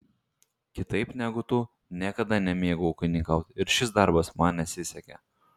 kitaip negu tu niekada nemėgau ūkininkauti ir šis darbas man nesisekė